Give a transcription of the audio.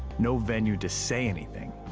no venue to say anything.